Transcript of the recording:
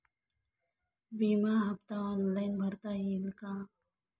विमा हफ्ता ऑनलाईन भरता येईल का?